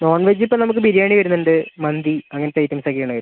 non veg ഇപ്പം നമുക്ക് ബിരിയാണി വരുന്നുണ്ട് മന്തി അങ്ങനത്തെ ഐറ്റംസ് ഒക്കെയാണ് വരുന്നത്